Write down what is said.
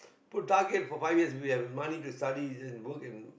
put target for five years we have money to study is it work and